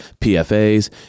PFAs